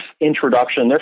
introduction